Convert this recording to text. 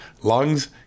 lungs